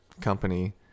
company